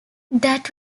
that